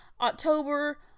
october